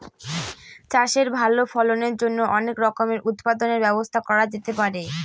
চাষের ভালো ফলনের জন্য অনেক রকমের উৎপাদনের ব্যবস্থা করা যেতে পারে